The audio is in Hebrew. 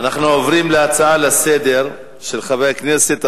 אנחנו נעבור להצעה לסדר-היום מס' 5191,